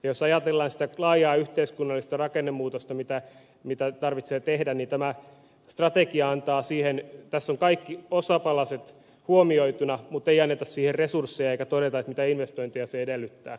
jos ajatellaan sitä laajaa yhteiskunnallista rakennemuutosta mikä tarvitsee tehdä niin tässä strategiassa on kaikki osapalaset huomioituina mutta ei anneta siihen resursseja eikä todeta mitä investointeja se edellyttää